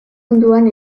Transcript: munduan